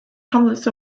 hamlets